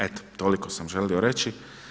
Eto toliko sam želio reći.